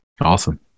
Awesome